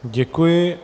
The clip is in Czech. Děkuji.